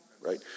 right